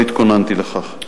לא התכוננתי לכך.